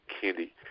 candy